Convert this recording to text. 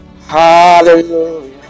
Hallelujah